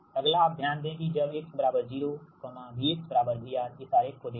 अगला अब ध्यान दें कि जब x 0 V VR इस आरेख को देखें